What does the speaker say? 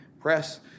Press